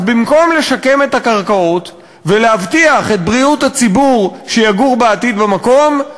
אז במקום לשקם את הקרקעות ולהבטיח את בריאות הציבור שיגור בעתיד במקום,